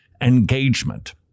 engagement